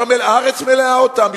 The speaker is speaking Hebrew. הארץ כבר מלאה אותם,